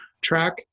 track